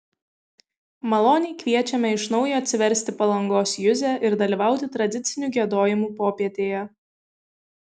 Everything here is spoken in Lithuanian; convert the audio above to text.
maloniai kviečiame iš naujo atsiversti palangos juzę ir dalyvauti tradicinių giedojimų popietėje